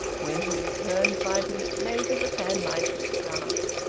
when he returned, five minutes later, the fanlight was dark.